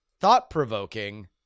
thought-provoking